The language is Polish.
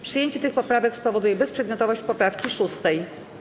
Przyjęcie tych poprawek spowoduje bezprzedmiotowość poprawki 6.